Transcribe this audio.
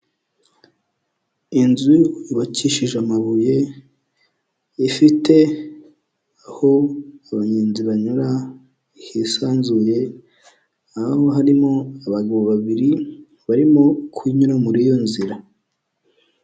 IInzu yubakishije amabuye, ifite aho abangenzi banyura hisanzuye harimo abagabo babiri barimo kunyura muri iyo nzira.